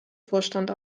vorstand